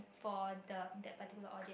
for the that particular audience